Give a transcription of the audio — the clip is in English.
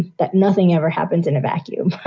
that nothing ever happens in a vacuum.